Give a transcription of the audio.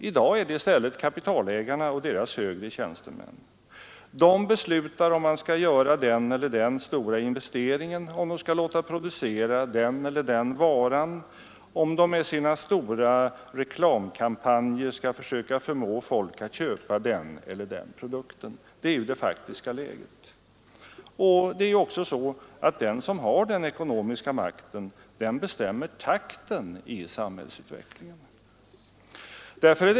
I dag är det i stället kapitalägarna och deras högre tjänstemän som beslutar huruvida den eller den stora investeringen skall göras, huruvida de skall låta producera den eller den varan och om de med sina stora reklamkampanjer skall försöka förmå folk att köpa den eller den produkten. Det är det faktiska läget. Det är också så, att de som har den ekonomiska makten bestämmer takten i samhällsutvecklingen.